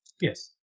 yes